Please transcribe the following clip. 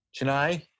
Chennai